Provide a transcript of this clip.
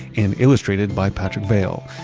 and illustrated by patrick vale.